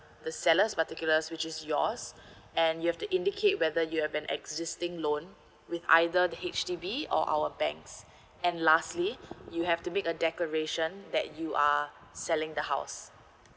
the seller's particuluars which is yours and you have to indicate whether you have an existing loan with either the H_D_B or our banks and lastly you have to make a declaration that you are selling the house